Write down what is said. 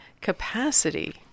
capacity